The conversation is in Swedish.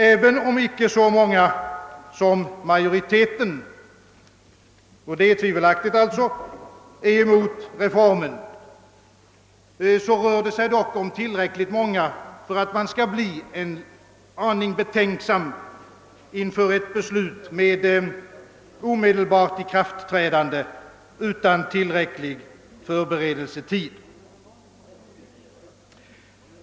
även om det icke skulle vara en så stor del som majoriteten — och det är alltså tvivelaktigt — av medlemmarna som är emot reformen, är motståndarna dock tillräckligt många för att man skall bli en aning betänksam inför ett beslut med omedelbart ikraftträdande och utan tillfredsställande förberedelsetid.